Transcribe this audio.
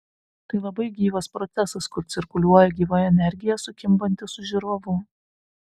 tai labai gyvas procesas kur cirkuliuoja gyva energija sukimbanti su žiūrovu